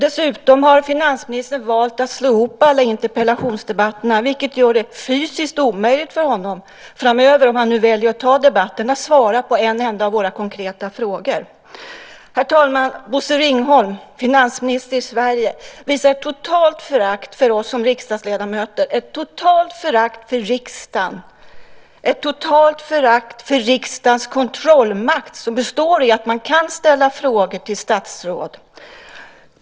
Dessutom har finansministern valt att slå ihop alla interpellationsdebatterna, vilket gör det fysiskt omöjligt för honom framöver - om han väljer att ta debatten - att svara på en enda av våra konkreta frågor. Herr talman! Bosse Ringholm, finansminister i Sverige, visar ett totalt förakt för oss som riksdagsledamöter, ett totalt förakt för riksdagen, ett totalt förakt för riksdagens kontrollmakt som består i att man kan ställa frågor till statsråd.